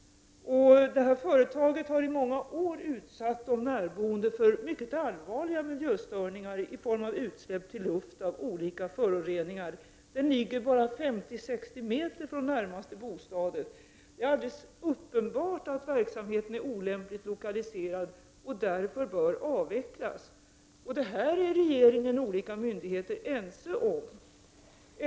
Företaget har i många år utsatt de närboende för mycket allvarliga miljöstörningar i form av utsläpp till luft av olika föroreningar. Företaget ligger bara 50-60 meter från närmaste bostad. Det är alldeles uppenbart att verksamheten är olämpligt lokaliserad och därför bör avvecklas. Regeringen och olika myndigheter är ense om detta.